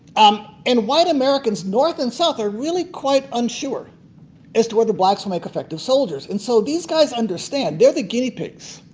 um and white americans north and south are quite unsure as to whether blacks will make effective soldiers. and so these guys understand they're the guinea pigs.